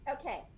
Okay